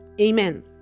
Amen